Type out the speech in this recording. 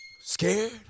scared